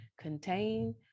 contain